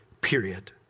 period